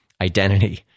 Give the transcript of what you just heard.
identity